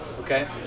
Okay